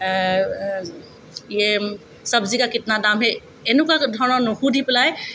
য়ে চব্জি কা কিতনা দাম হে এনেকুৱা ধৰণৰ নুসুধি পেলাই